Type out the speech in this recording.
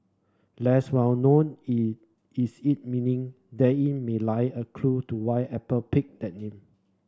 less well known is its meaning then in may lie a clue to why Apple picked that name